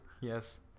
Yes